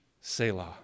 Selah